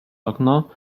okno